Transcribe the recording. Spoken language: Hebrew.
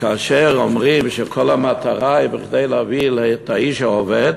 וכאשר אומרים שכל המטרה היא כדי להביא את האיש העובד,